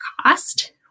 cost